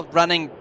running